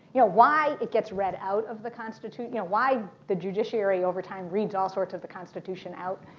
yeah why it gets read out of the constitution you know why the judiciary over time reads all sorts of the constitution out,